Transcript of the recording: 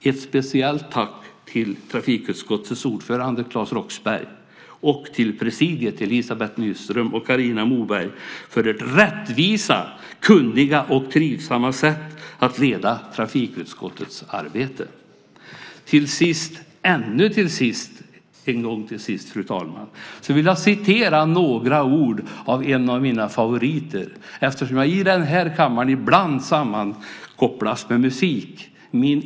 Ett speciellt tack till trafikutskottets ordförande Claes Roxbergh och till presidiet Elizabeth Nyström och Carina Moberg för ert rättvisa, kunniga och trivsamma sätt att leda trafikutskottets arbete! Ännu en gång: Till sist, fru talman, vill jag återge några ord av en av mina favoriter, eftersom jag i den här kammaren ibland sammankopplas med musik.